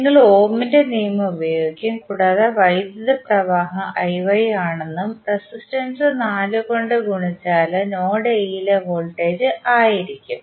നിങ്ങൾ ഓമിന്റെ നിയമം ഉപയോഗിക്കും കൂടാതെ വൈദ്യുത പ്രവാഹം ആണെന്നും റെസിസ്റ്റൻസ് 4 കൊണ്ട് ഗുണിച്ചാൽ നോഡ് എ യിലെ വോൾട്ടേജ് ആയിരിക്കും